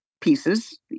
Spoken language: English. pieces